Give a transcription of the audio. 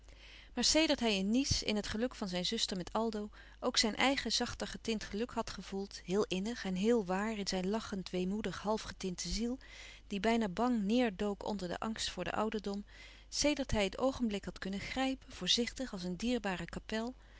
maar sedert hij in nice in het geluk van zijn zuster met aldo ook zijn eigen zachter getint geluk had gevoeld heel innig en heel waar in zijn lachend weemoedig half getinte ziel die bijna bang neêr dook onder den angst voor den ouderdom sedert hij het oogenblik had kunnen grijpen voorzichtig als een dierbare kapel